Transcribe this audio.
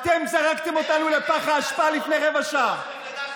אתם זרקתם אותנו לפח האשפה לפני רבע שעה.